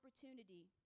opportunity